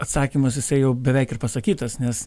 atsakymas jisai jau beveik ir pasakytas nes